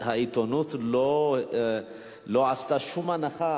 העיתונות לא עשתה שום הנחה.